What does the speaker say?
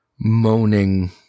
moaning